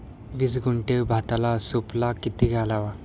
वीस गुंठे भाताला सुफला किती घालावा?